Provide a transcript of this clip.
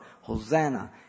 Hosanna